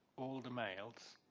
all the males,